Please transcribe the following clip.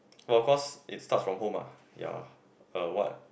well cause it starts from home ah ya uh what